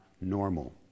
normal